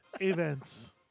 Events